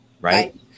Right